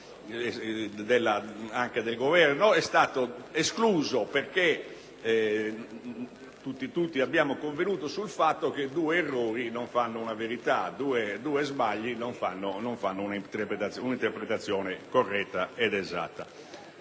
del Governo, è stata esclusa perché tutti abbiamo convenuto sul fatto che due errori non fanno una verità, due sbagli non danno luogo ad un'interpretazione corretta.